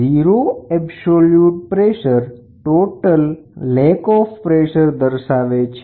zero absolute total દબાણનો અભાવ દર્શાવે છે